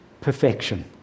perfection